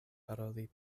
paroli